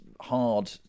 hard